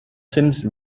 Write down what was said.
since